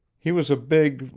he was a big,